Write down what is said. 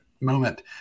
moment